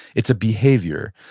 it's a behavior.